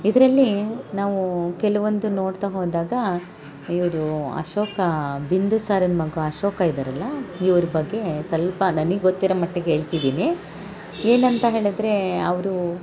ಇದರಲ್ಲಿ ನಾವು ಕೆಲವೊಂದು ನೋಡ್ತಾ ಹೋದಾಗ ಇವರು ಅಶೋಕ ಬಿಂದುಸಾರನ ಮಗ ಅಶೋಕ ಇದಾರಲ್ಲ ಇವ್ರ ಬಗ್ಗೆ ಸ್ವಲ್ಪ ನನಿಗೆ ಗೊತ್ತಿರೋ ಮಟ್ಟಿಗೆ ಹೇಳ್ತಿದಿನಿ ಏನಂತ ಹೇಳಿದ್ರೆ ಅವರು